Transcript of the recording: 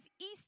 east